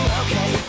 okay